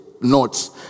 notes